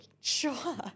sure